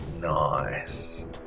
Nice